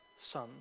son